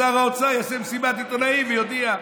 ואז שר האוצר יעשה מסיבת עיתונאים ויודיע.